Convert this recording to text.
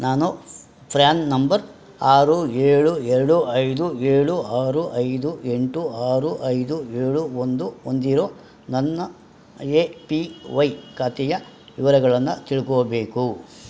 ನಾನು ಫ್ರ್ಯಾನ್ ನಂಬರ್ ಆರು ಏಳು ಎರಡು ಐದು ಏಳು ಆರು ಐದು ಎಂಟು ಆರು ಐದು ಏಳು ಒಂದು ಹೊಂದಿರೋ ನನ್ನ ಎ ಪಿ ವೈ ಖಾತೆಯ ವಿವರಗಳನ್ನು ತಿಳ್ಕೋಬೇಕು